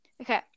Okay